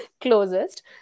closest